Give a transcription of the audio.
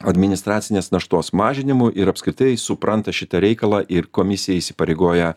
administracinės naštos mažinimu ir apskritai supranta šitą reikalą ir komisija įsipareigoja